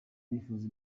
bifuza